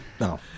No